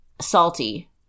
salty